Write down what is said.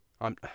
I'm-